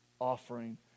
offering